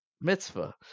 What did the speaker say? mitzvah